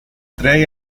trae